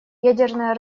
ядерное